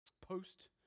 post